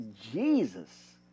Jesus